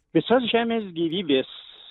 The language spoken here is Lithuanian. visos žemės gėrybės